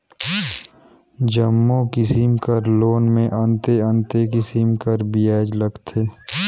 जम्मो किसिम कर लोन में अन्ते अन्ते किसिम कर बियाज लगथे